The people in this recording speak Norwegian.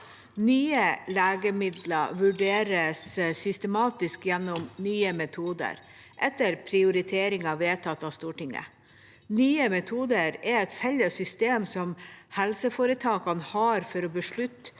Nye legemidler vurderes systematisk gjennom systemet Nye metoder og etter prioriteringer vedtatt av Stortinget. Nye metoder er et felles system som helseforetakene har for å beslutte